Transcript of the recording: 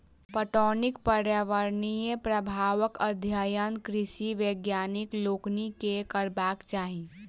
पटौनीक पर्यावरणीय प्रभावक अध्ययन कृषि वैज्ञानिक लोकनि के करबाक चाही